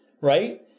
right